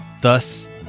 thus